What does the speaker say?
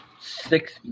six